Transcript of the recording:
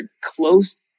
close